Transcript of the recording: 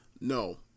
no